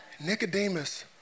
Nicodemus